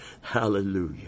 hallelujah